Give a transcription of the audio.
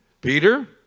Peter